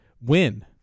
win